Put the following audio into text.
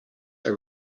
are